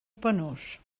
penós